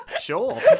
Sure